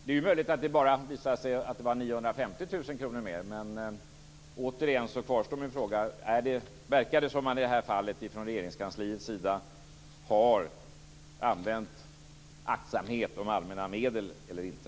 Det är möjligt att det visar sig att det bara var 950 000 kr mer. Min fråga kvarstår: Verkar det som att man i det här fallet från Regeringskansliets sida har iakttagit aktsamhet om allmänna medel eller inte?